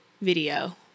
video